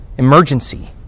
emergency